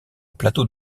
plateau